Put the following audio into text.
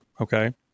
okay